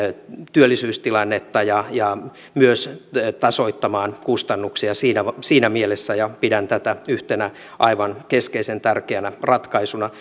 työllisyystilannetta ja ja myös tasoittamaan kustannuksia siinä mielessä pidän tätä yhtenä aivan keskeisen tärkeänä ratkaisuna